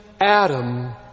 Adam